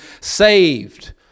saved